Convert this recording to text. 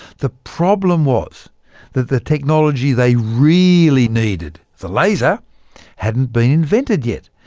the problem was the the technology they really needed the laser hadn't been invented yet!